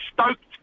stoked